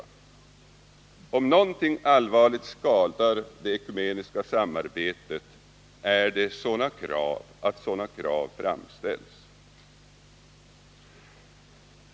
Om Onsdagen den någonting allvarligt skadar det ekumeniska samarbetet, är det att sådana 21 maj 1980 krav framställs.